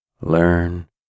learn